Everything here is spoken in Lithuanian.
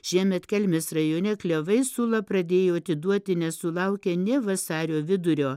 šiemet kelmės rajone klevai sulą pradėjo atiduoti nesulaukę nė vasario vidurio